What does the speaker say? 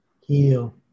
Heal